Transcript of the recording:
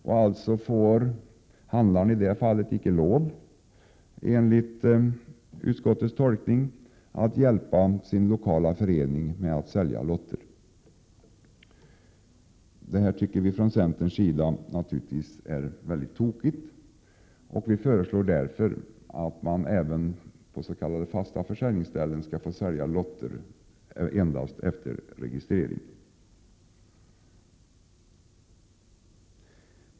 Då får handlaren, enligt utskottets tolkning, inte lov att hjälpa sin lokala idrottsförening att sälja lotter i affären. Vi i centern tycker naturligtvis att detta är tokigt. Vi föreslår därför att man även på fasta försäljningsställen skall få sälja lotter efter sedvanlig registrering.